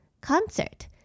Concert